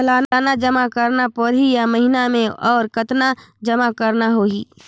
सालाना जमा करना परही या महीना मे और कतना जमा करना होहि?